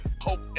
Hope